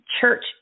church